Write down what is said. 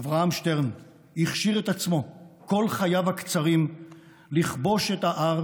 אברהם שטרן הכשיר את עצמו כל חייו הקצרים לכבוש את ההר